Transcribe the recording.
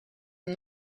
and